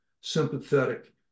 sympathetic